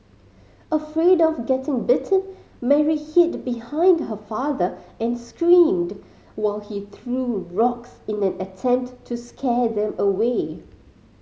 afraid of getting bitten Mary hid behind her father and screamed while he threw rocks in an attempt to scare them away